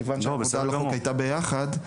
כיוון שהעבודה על החוק הייתה ביחד.